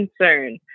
concern